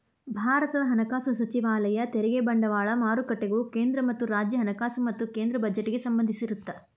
ಭಾರತದ ಹಣಕಾಸು ಸಚಿವಾಲಯ ತೆರಿಗೆ ಬಂಡವಾಳ ಮಾರುಕಟ್ಟೆಗಳು ಕೇಂದ್ರ ಮತ್ತ ರಾಜ್ಯ ಹಣಕಾಸು ಮತ್ತ ಕೇಂದ್ರ ಬಜೆಟ್ಗೆ ಸಂಬಂಧಿಸಿರತ್ತ